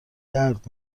درد